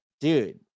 Dude